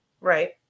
Right